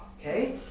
okay